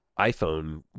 iPhone